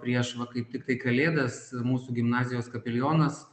prieš va kaip tiktai kalėdas mūsų gimnazijos kapelionas